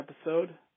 episode